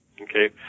Okay